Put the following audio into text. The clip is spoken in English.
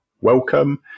welcome